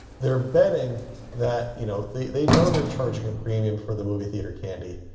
they're betting that, you know, the, they know they're charging a premium for the movie theater candy,